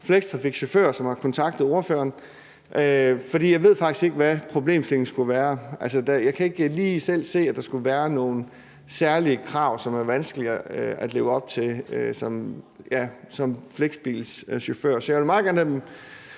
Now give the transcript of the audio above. som har kontaktet spørgeren, for jeg ved faktisk ikke, hvad problemstillingen skulle være. Altså, jeg kan ikke lige selv se, at der skulle være nogle særlige krav, som er vanskeligere at leve op til som flextrafikchauffør. Så jeg vil meget gerne drikke